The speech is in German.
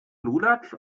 lulatsch